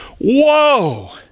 Whoa